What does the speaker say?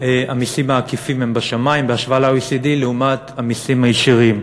המסים העקיפים הם בשמים בהשוואה למדינות ה-OECD לעומת המסים הישירים.